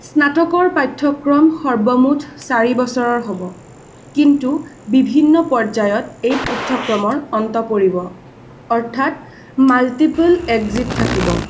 স্নাতকৰ পাঠ্যক্ৰম সৰ্বমুঠ চাৰি বছৰৰ হ'ব কিন্তু বিভিন্ন পৰ্যায়ত এই পাঠ্যক্ৰমৰ অন্ত পৰিব অৰ্থাৎ মাল্টিপ'ল এক্সিট থাকিব